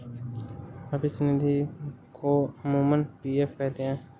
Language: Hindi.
भविष्य निधि को अमूमन पी.एफ कहते हैं